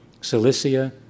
Cilicia